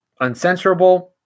uncensorable